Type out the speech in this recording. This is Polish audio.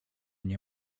nie